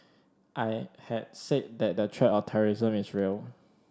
I had said that the threat of terrorism is real